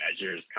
measures